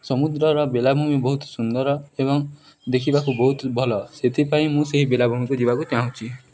ସମୁଦ୍ରର ବେଳାଭୂମି ବହୁତ ସୁନ୍ଦର ଏବଂ ଦେଖିବାକୁ ବହୁତ ଭଲ ସେଥିପାଇଁ ମୁଁ ସେହି ବେଳାଭୂମିକୁ ଯିବାକୁ ଚାହୁଁଛି